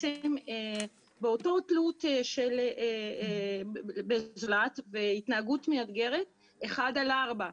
באותה תלות בזולת והתנהגות מאתגרת, אחד על ארבע.